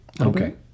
Okay